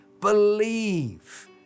believe